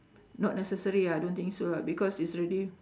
not necessary lah I don't think so lah because is really